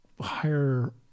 higher